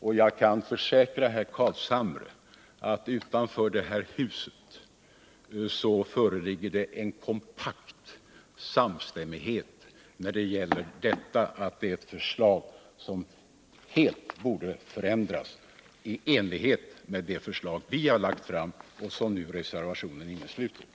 Och jag kan försäkra herr Carlshamre att utanför det här huset föreligger det en kompakt samstämmighet när det gäller detta, att det är ett förslag som helt borde förändras i enlighet med det förslag vi har lagt fram och som vår reservation innesluter.